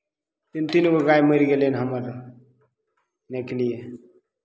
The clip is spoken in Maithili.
तीन तीन गो गाय मरि गेलै हन हमर इने के लिए